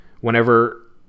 Whenever